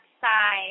side